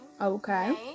Okay